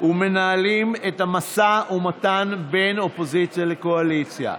ומנהלים את המשא ומתן בין אופוזיציה לקואליציה.